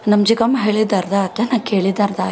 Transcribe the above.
ನಮ್ಮ ಚಿಕ್ಕಮ್ಮ ಹೇಳಿದ್ದು ಅರ್ಥ ಆಯ್ತು ನಾನು ಕೇಳಿದ್ದು ಅರ್ಥ ಆಯ್ತು